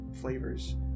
flavors